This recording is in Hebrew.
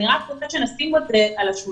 אני רק רוצה שנשים על השולחן,